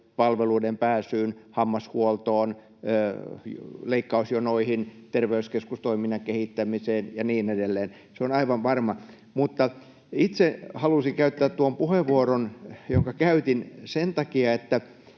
palveluihin pääsyyn, hammashuoltoon, leikkausjonoihin, terveyskeskustoiminnan kehittämiseen ja niin edelleen. Se on aivan varma. Mutta itse halusin käyttää tuon puheenvuoron, jonka käytin, sen takia, että